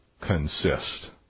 consist